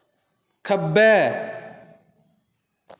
खब्बै